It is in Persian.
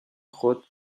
خود